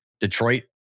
Detroit